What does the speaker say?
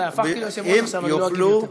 הפכתי ליושב-ראש עכשיו, אני לא אגיד יותר.